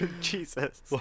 Jesus